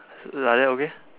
like that okay